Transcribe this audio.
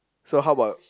so how about